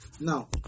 Now